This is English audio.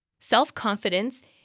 self-confidence